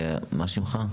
מה שמך?